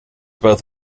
both